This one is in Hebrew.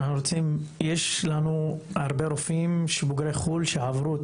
יש לנו הרבה רופאים בוגרי חו"ל שעברו את